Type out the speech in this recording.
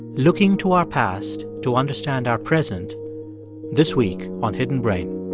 looking to our past to understand our present this week on hidden brain